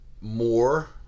more